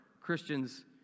Christians